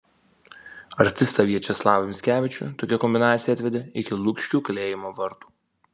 artistą viačeslavą mickevičių tokia kombinacija atvedė iki lukiškių kalėjimo vartų